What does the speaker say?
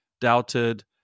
doubted